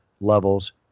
levels